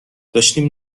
داشتیم